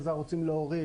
אילו ערוצים להוריד,